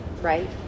right